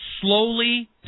slowly